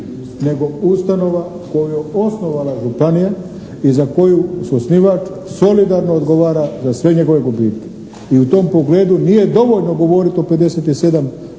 nego ustanova koju je osnovala županija i za koju suosnivač solidarno odgovara za sve njegove gubitke. I u tom pogledu nije dovoljno govoriti o 57